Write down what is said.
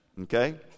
Okay